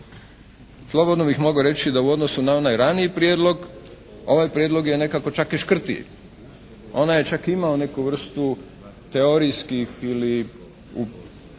Slobodno bih mogao reći da u odnosu na onaj raniji prijedlog ovaj prijedlog je nekako čak i škrtiji. Onaj je čak imao neku vrstu teorijskih ili